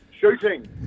Shooting